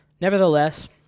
Nevertheless